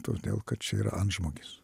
todėl kad čia yra antžmogis